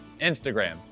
Instagram